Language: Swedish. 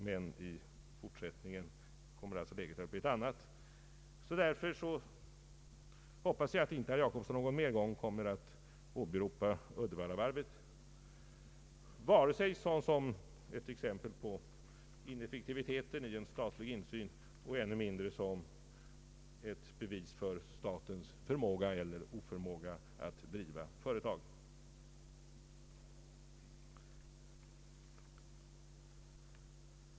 Men i fortsättningen kommer alltså läget att bli ett annat. Jag hoppas därför att herr Jacobsson inte någon mer gång kommer att åberopa Uddevallavarvet såsom ett exempel på effektiviteten i statlig insyn och än mindre som ett bevis för statens förmåga eller oförmåga att driva företag.